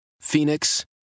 Phoenix